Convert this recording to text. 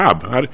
job